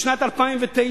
בשנת 2009,